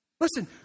Listen